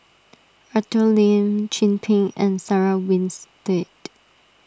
Arthur Lim Chin Peng and Sarah Winstedt